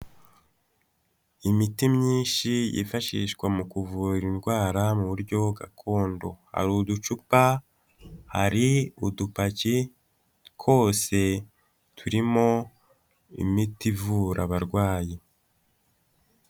Imiti myinshi yifashishwa mu kuvura indwara mu buryo gakondo, hari uducupa hari udupaki twose turimo imiti ivura abarwayi.